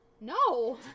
No